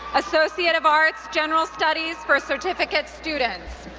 associate of arts, general studies for certificate students.